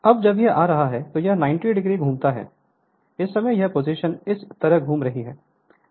अब जब यह आ रहा है तो यह 90 o घूमता है इस समय यह पोजीशन इस तरह घूम रही है